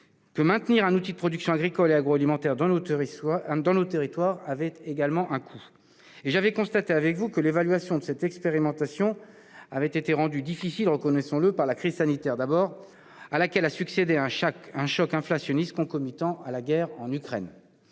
le maintien d'un outil de production agricole et agroalimentaire dans nos territoires avait un coût. Et j'avais constaté avec vous que l'évaluation de cette expérimentation avait été rendue difficile par la crise sanitaire, à laquelle avait succédé un choc inflationniste concomitant de la guerre en Ukraine.